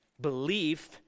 Belief